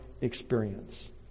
experience